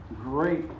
great